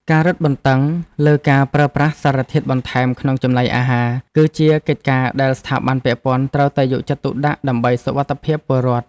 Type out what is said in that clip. ការរឹតបន្តឹងលើការប្រើប្រាស់សារធាតុបន្ថែមក្នុងចំណីអាហារ គឺជាកិច្ចការដែលស្ថាប័នពាក់ព័ន្ធត្រូវតែយកចិត្តទុកដាក់ដើម្បីសុវត្ថិភាពពលរដ្ឋ។